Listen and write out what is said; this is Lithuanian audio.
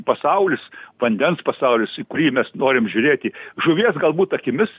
pasaulis vandens pasaulis į kurį mes norim žiūrėti žuvies galbūt akimis